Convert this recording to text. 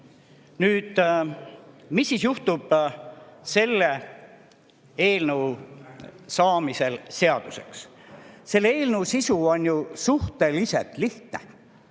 Nüüd, mis juhtub selle eelnõu seaduseks saamisel? Selle eelnõu sisu on ju suhteliselt lihtne: